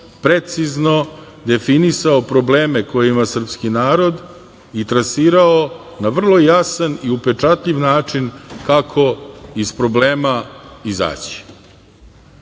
precizno definisao probleme koje ima srpski narod i trasirao na vrlo jasan i upečatljiv način kako iz problema izaći. To